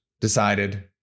decided